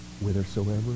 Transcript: whithersoever